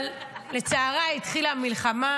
אבל לצערה התחילה המלחמה,